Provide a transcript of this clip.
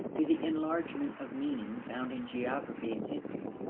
to the enlargement of meaning found in geography and history,